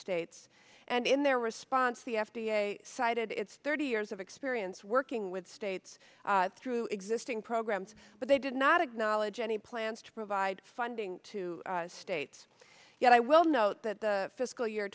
states and in their response the f d a cited it's thirty years of experience working with states through existing programs but they did not acknowledge any plans to provide funding to states yet i will note that the fiscal year